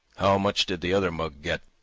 how much did the other mug get?